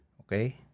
okay